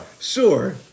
Sure